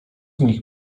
nich